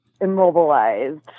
immobilized